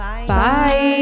Bye